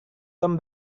tom